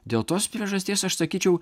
dėl tos priežasties aš sakyčiau